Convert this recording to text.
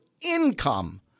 income